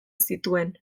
zituen